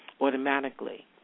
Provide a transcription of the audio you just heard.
automatically